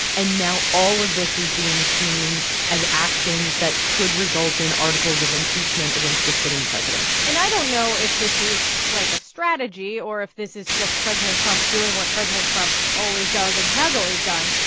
and now all of this is being seen as actions that could result in articles of impeachment against a sitting president and i don't know if this is, like, a strategy or if this is just president trump doing what president trump always does and has always done,